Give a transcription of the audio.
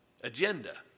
agenda